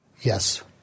Yes